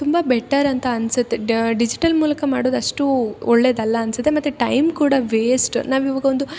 ತುಂಬ ಬೆಟರ್ ಅಂತ ಅನಿಸುತ್ತೆ ಡ ಡಿಜಿಟಲ್ ಮೂಲಕ ಮಾಡೋದಷ್ಟು ಒಳ್ಳೇದಲ್ಲ ಅನಿಸುತ್ತೆ ಮತ್ತು ಟೈಮ್ ಕೂಡ ವೇಷ್ಟ್ ನಾವು ಇವಾಗ ಒಂದು